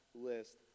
list